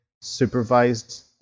supervised